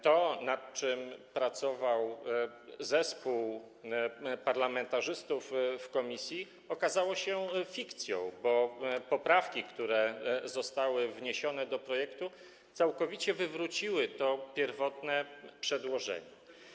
To, nad czym pracował zespół parlamentarzystów w komisji, okazało się fikcją, bo poprawki, które zostały wniesione do projektu, całkowicie wywróciły to pierwotne przedłożenie.